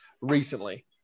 recently